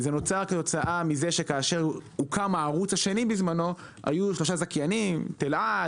זה נוצר מכיוון שכשהוקם הערוץ השני בזמנו היו שלושה זכיינים: טלעד,